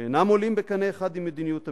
שאינם עולים בקנה אחד עם מדיניות המשרד.